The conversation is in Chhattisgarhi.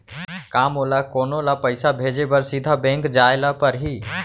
का मोला कोनो ल पइसा भेजे बर सीधा बैंक जाय ला परही?